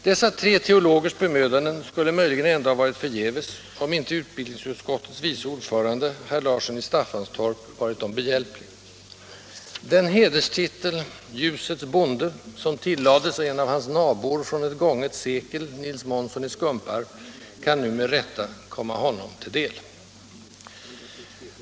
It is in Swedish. Dessa tre teologers bemödanden skulle möjligen ändå ha varit förgäves, om inte utbildningsutskottets vice ordförande, herr Larsson i Staffanstorp, varit dem behjälplig. Den hederstitel — ljusets bonde — som tillades en av hans nabor från ett gånget sekel, Nils Månsson i Skumparp, kan nu med rätta komma honom till del.